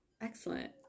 Excellent